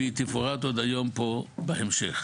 בהמשך.